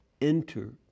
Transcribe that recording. enter